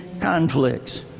conflicts